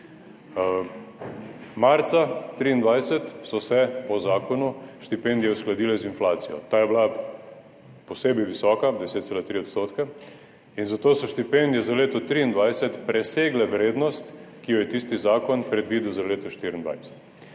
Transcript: Marca 2023 so se po zakonu štipendije uskladile z inflacijo. Ta je bila posebej visoka, 10,3 %, in zato so štipendije za leto 2023 presegle vrednost, ki jo je tisti zakon predvidel za leto 2024,